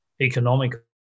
economic